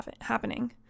happening